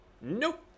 nope